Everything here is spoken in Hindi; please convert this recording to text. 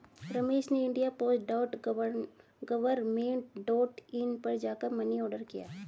रमेश ने India post dot government dot in पर जा कर मनी ऑर्डर किया